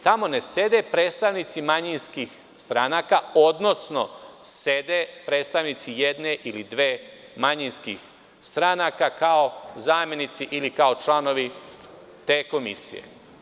Tamo ne sede predstavnici manjinskih stranaka, odnosno sede predstavnici jedne ili dve manjinskih stranaka kao zamenici ili kao članovi te komisije.